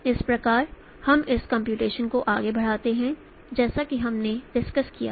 इस प्रकार हम इस कंप्यूटेशन को आगे बढ़ाते हैं जैसा कि हमने डिस्कसड किया है